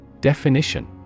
Definition